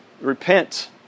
repent